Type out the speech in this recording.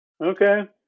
Okay